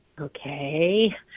okay